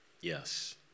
Yes